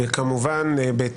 וכמובן להצבעות והפצת נוסח,